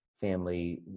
family